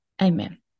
Amen